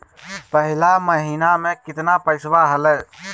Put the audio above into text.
पिछला महीना मे कतना पैसवा हलय?